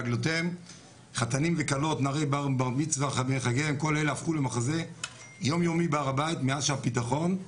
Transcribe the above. וחייבים לעשות כול מה שצריך שזכותו של כול